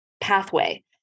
pathway